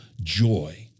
joy